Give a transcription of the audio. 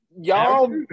y'all